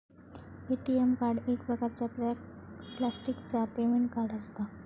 ATM card एक प्रकारचा प्लॅस्टिकचा पेमेंट कार्ड असता